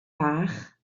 bach